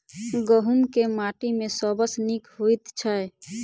गहूम केँ माटि मे सबसँ नीक होइत छै?